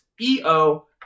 EO